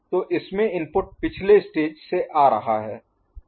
तो इसमें इनपुट पिछले स्टेज Stage चरण से आ रहा है